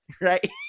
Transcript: right